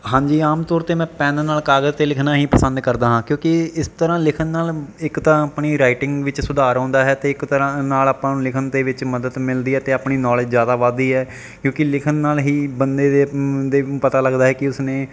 ਹਾਂਜੀ ਆਮ ਤੌਰ 'ਤੇ ਮੈਂ ਪੈੱਨ ਨਾਲ ਕਾਗਜ਼ 'ਤੇ ਲਿਖਣਾ ਹੀ ਪਸੰਦ ਕਰਦਾ ਹਾਂ ਕਿਉਂਕਿ ਇਸ ਤਰ੍ਹਾਂ ਲਿਖਣ ਨਾਲ ਇੱਕ ਤਾਂ ਆਪਣੀ ਰਾਈਟਿੰਗ ਵਿੱਚ ਸੁਧਾਰ ਆਉਂਦਾ ਹੈ ਅਤੇ ਇੱਕ ਤਰ੍ਹਾਂ ਨਾਲ ਆਪਾਂ ਨੂੰ ਲਿਖਣ ਦੇ ਵਿੱਚ ਮਦਦ ਮਿਲਦੀ ਹੈ ਅਤੇ ਆਪਣੀ ਨੌਲੇਜ ਜ਼ਿਆਦਾ ਵੱਧਦੀ ਹੈ ਕਿਉਂਕਿ ਲਿਖਣ ਨਾਲ ਹੀ ਬੰਦੇ ਦੇ ਬੰਦੇ ਪਤਾ ਲੱਗਦਾ ਹੈ ਕਿ ਉਸਨੇ